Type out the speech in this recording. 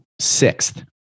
sixth